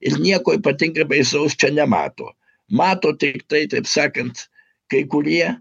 ir nieko ypatingai baisaus čia nemato mato tiktai taip sakant kai kurie